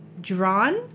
drawn